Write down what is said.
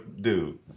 dude